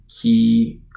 key